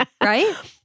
Right